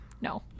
No